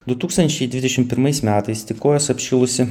du tūkstančiai dvidešim pirmais metais tik kojas apšilusi